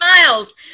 miles